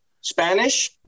Spanish